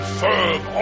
serve